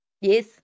yes